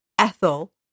Ethel